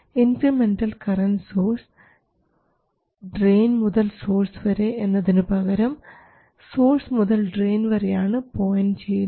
incremental current source drain മുതൽ source വരെ എന്നതിനുപകരം സോഴ്സ് മുതൽ ഡ്രെയിൻ വരെയാണ് പോയിൻറ് ചെയ്യുന്നത്